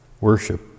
worship